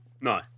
No